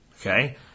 Okay